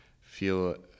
feel